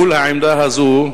מול העמדה הזאת,